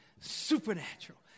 Supernatural